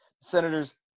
Senators